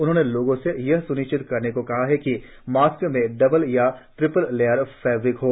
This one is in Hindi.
उन्होंने लोगों से यह स्निश्चित करने को कहा है कि मास्क में डबल या ट्रिपल लेयर फेबरिक हो